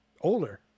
older